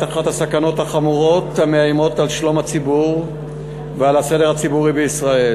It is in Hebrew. אחת הסכנות החמורות המאיימות על שלום הציבור ועל הסדר הציבורי בישראל,